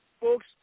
Folks